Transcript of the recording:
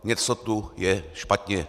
Něco tu je špatně.